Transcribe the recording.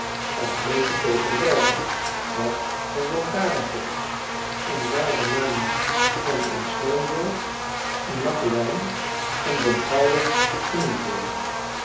van veete tegen de belgen wat van lantarenvullers en waar de namen van een smallenburg een macquelyn een don carlos genoemd worden